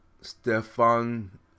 Stefan